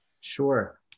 sure